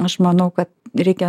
aš manau kad reikia